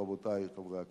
רבותי חברי הכנסת.